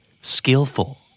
Skillful